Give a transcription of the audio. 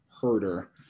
herder